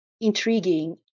intriguing